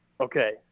Okay